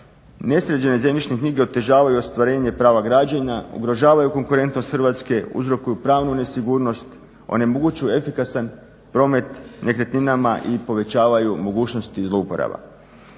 Nesređene zemljišne knjige otežavaju ostvarenje prava građenja, ugrožavaju konkurentnost Hrvatske, uzrokuju pravnu nesigurnost, onemogućuje efikasan promet nekretninama i povećavaju mogućnosti zlouporaba.